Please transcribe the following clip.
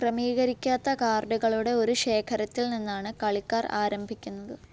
ക്രമീകരിക്കാത്ത കാർഡുകളുടെ ഒരു ശേഖരത്തിൽ നിന്നാണ് കളിക്കാർ ആരംഭിക്കുന്നത്